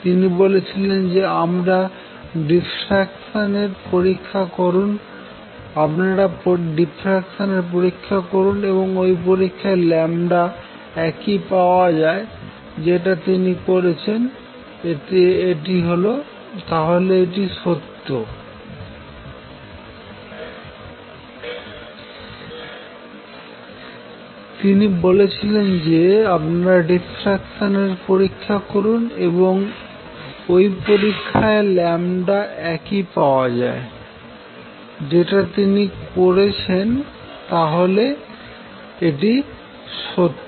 তিনি বলেছিলেন যে আপনারা ডিফ্রাকশান এর পরীক্ষা করুন এবং ওই পরীক্ষায় একই পাওয়া যায় যেটা তিনি করেছেন তাহলে এটি সত্য